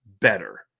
better